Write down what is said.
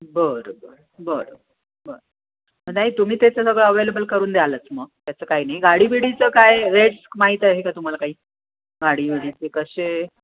बरं बरं बरंं बरं नाही तुम्ही तेच सगळं अवेलेबल करून द्यालच मग त्याचं काही नाही गाडी बिडीचं काय रेट्स माहीत आहे का तुम्हाला काही गाडी बिडीचे कसे